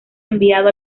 enviado